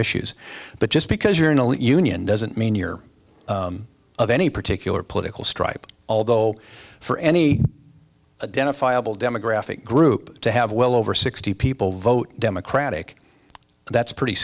issues but just because you're an elite union doesn't mean you're of any particular political stripe although for any den of file demographic group to have well over sixty people vote democratic that's pretty